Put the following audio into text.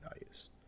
values